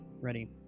ready